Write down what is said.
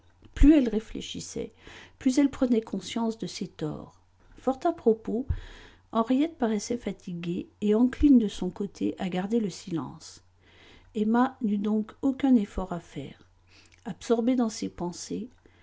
plus elle réfléchissait plus elle prenait conscience de ses torts fort à propos henriette paraissait fatiguée et encline de son côté à garder le silence emma n'eut donc aucun effort à faire absorbée dans ces pensées